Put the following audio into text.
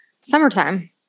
Summertime